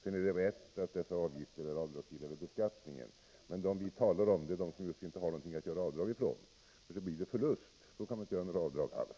Det är rätt att dessa avgifter är avdragsgilla vid beskattningen, men vi talar om dem som inte har just någonting att göra avdrag ifrån. Blir det förlust, då kan man inte göra några avdrag alls.